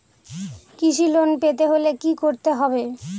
কৃষি লোন পেতে হলে কি করতে হবে?